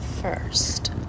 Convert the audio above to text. first